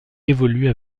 évoluent